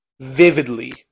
vividly